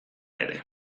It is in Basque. ere